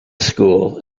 school